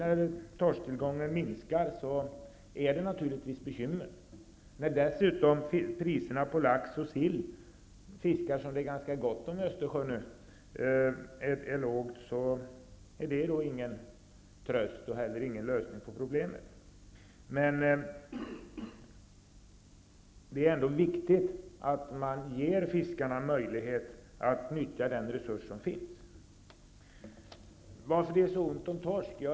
När torsken nu kommer att minska blir det naturligtvis bekymmer. Att dessutom priserna på lax och sill -- fisk som det är ganska gott om i Östersjön -- är låga ger ingen tröst och heller ingen lösning på problemet. Men det är ändå viktigt att man ger fiskarna möjlighet att nyttja den resurs som finns. Varför är det så ont om torsk?